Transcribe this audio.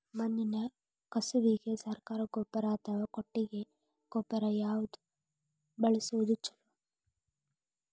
ಮಣ್ಣಿನ ಕಸುವಿಗೆ ಸರಕಾರಿ ಗೊಬ್ಬರ ಅಥವಾ ಕೊಟ್ಟಿಗೆ ಗೊಬ್ಬರ ಯಾವ್ದು ಬಳಸುವುದು ಛಲೋ?